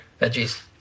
veggies